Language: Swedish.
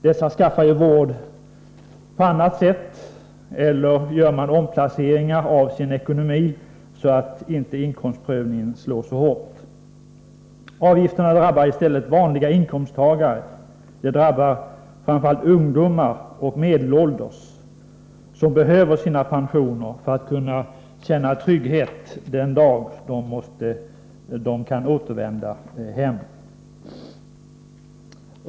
De skaffar vård på annat sätt, eller också gör de omplaceringar av sin ekonomi, så att inkomstprövningen inte slår så hårt. Avgifterna drabbar i stället vanliga inkomsttagare, framför allt ungdomar och medelålders som behöver sina pensioner för att kunna känna trygghet den dag då de kan återvända hem.